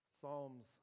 Psalms